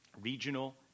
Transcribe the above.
regional